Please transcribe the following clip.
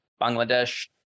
Bangladesh